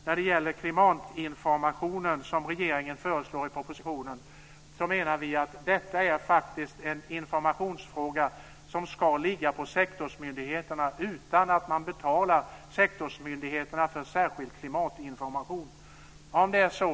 När det gäller den klimatinformation som regeringen föreslår i propositionen menar vi att det faktiskt är en informationsfråga som ska ligga på sektorsmyndigheterna utan att man betalar sektorsmyndigheterna för särskild klimatinformation.